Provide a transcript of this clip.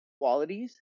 qualities